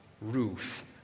Ruth